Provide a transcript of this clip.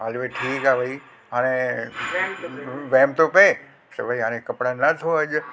हल भाई ठीकु आहे भई हाणे वहम थो पए त भाई हाणे कपिड़ा न धो अॼु